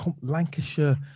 Lancashire